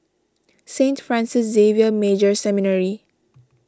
Saint Francis Xavier Major Seminary